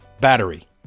battery